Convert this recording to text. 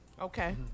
Okay